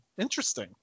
interesting